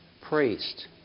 priest